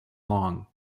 long